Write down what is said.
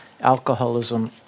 alcoholism